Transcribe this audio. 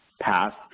passed